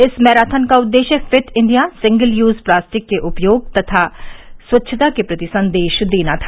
इस मैराथन का उद्देश्य fit India single use plastic के उपयोग तथा स्वच्छता के प्रति संदेश देना था